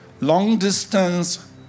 Long-distance